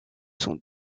sont